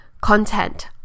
content